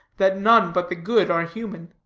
that none but the good are human.